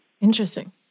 Interesting